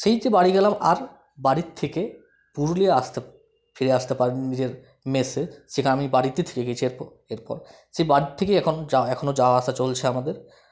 সেই যে বাড়ি গেলাম আর বাড়ির থেকে পুরুলিয়া আসতে ফিরে আসতে পারিনি নিজের মেসে সেটা আমি বাড়িতে থেকে গেছি এরপ এরপর সেই বাড়ির থেকে এখনো যাওয়া এখনও যাওয়া আসা চলছে আমাদের